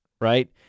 Right